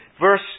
verse